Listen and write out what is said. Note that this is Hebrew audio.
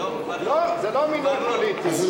לא, זה לא מינוי פוליטי.